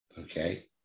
Okay